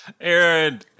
Aaron